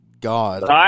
god